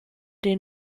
des